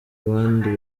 abandi